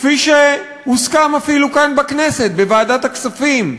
כפי שהוסכם אפילו כאן בכנסת בוועדת הכספים,